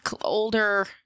older